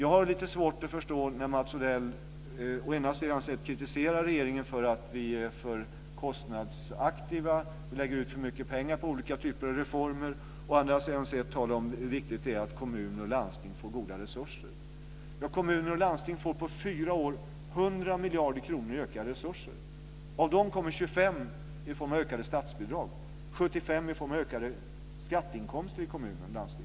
Jag har lite svårt att förstå när Mats Odell å ena sidan kritiserar regeringen för att vi är för kostnadsaktiva, att vi lägger ut för mycket pengar på olika reformer, och å andra sidan talar om hur viktigt det är att kommuner och landsting får goda resurser. Kommuner och landsting får på fyra år 100 miljarder kronor i ökade resurser, 25 miljarder i form av ökade statsbidrag och 75 miljarder i form av ökade skatteinkomster i kommuner och landsting.